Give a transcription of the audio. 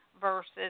versus